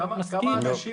אתה יודע שהמסמכים שיש הם